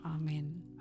Amen